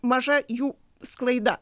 maža jų sklaida